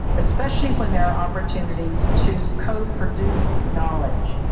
especially when there are opportunities to coproduce knowledge.